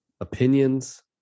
opinions